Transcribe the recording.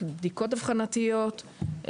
בדיקות אבחנתיות,